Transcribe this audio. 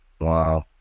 Wow